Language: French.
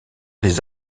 les